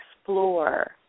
explore